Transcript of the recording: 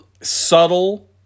subtle